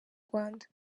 rwanda